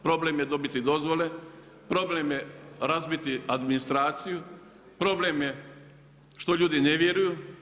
Problem je dobili dozvole, problem je razbiti administraciju, problem je što ljudi ne vjeruju.